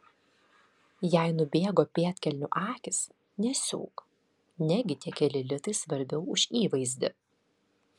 jei nubėgo pėdkelnių akys nesiūk negi tie keli litai svarbiau už įvaizdį